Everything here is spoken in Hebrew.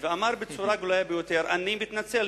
ואמר בצורה גלויה ביותר: אני מתנצל,